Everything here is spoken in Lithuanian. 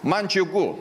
man džiugu